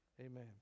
amen